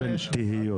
תהיות.